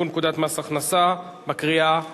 פקודת מס הכנסה (מס' 191) בקריאה השנייה.